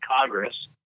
Congress